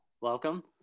Welcome